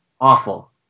awful